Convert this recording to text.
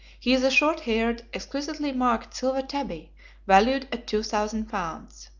he is a short-haired, exquisitely marked silver tabby valued at two thousand pounds